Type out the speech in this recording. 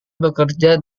bekerja